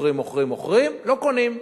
מוכרים, מוכרים, מוכרים, מוכרים, לא קונים.